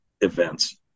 events